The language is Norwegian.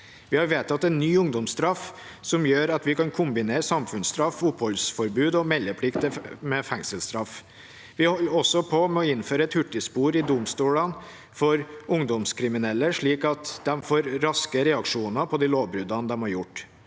Vi har vedtatt en ny ungdomsstraff, noe som gjør at man kan kombinere samfunnsstraff, oppholdsforbud og meldeplikt med fengselsstraff. Vi holder også på med å innføre et hurtigspor i domstolene for ungdomskriminelle, slik at man får raske reaksjoner på lovbruddene man har gjort.